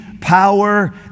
power